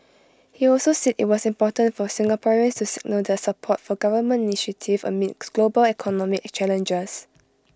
he also said IT was important for Singaporeans to signal their support for government initiatives amid global economic challenges